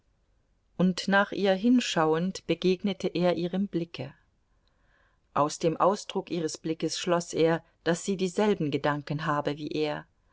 und nach ihr hinschauend begegnete er ihrem blicke aus dem ausdruck ihres blickes schloß er daß sie dieselben gedanken habe wie er